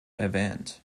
erwähnt